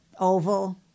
oval